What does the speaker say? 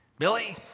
Billy